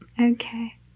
Okay